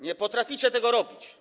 Nie potraficie tego robić.